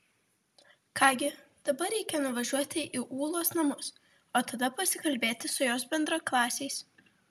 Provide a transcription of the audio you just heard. ką gi dabar reikia nuvažiuoti į ūlos namus o tada pasikalbėti su jos bendraklasiais